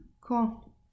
Cool